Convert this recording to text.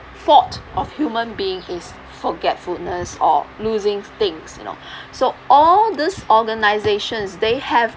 fault of human being is forgetfulness or losing things you know so all these organizations they have